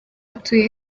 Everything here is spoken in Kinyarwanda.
atuye